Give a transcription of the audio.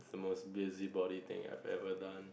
the most busy body thing I have ever done